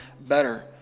better